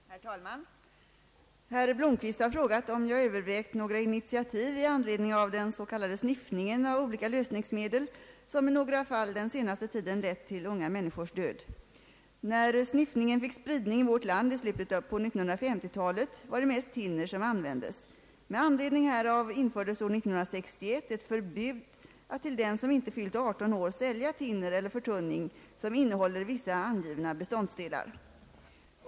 Herr talman! Herr Blomquist har frågat om jag övervägt några initiativ i anledning av den s.k. sniffningen av olika lösningsmedel, som i några fall den senaste tiden lett till unga människors död. När sniffningen fick spridning i vårt land i slutet på 1950-talet, var det mest thinner som användes. Med anledning härav infördes år 1961 ett förbud att till den som inte fyllt 18 år sälja thinner eller förtunning, som innehåller vissa angivna beståndsdelar.